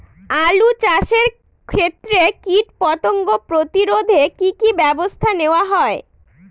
আলু চাষের ক্ষত্রে কীটপতঙ্গ প্রতিরোধে কি কী ব্যবস্থা নেওয়া হয়?